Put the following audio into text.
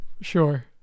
Sure